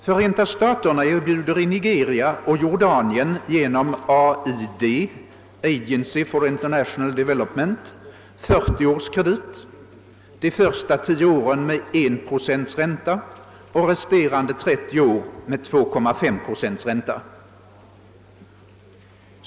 Förenta staterna erbjuder i Nigeria och Jordanien genom AID — Agency for International Development — 40 års kredit, de första tio åren med 1 procents ränta och resterande 30 år med 2,5 procents ränta.